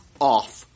off